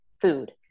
food